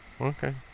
Okay